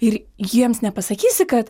ir jiems nepasakysi kad